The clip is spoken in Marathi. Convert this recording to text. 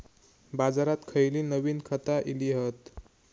बाजारात खयली नवीन खता इली हत?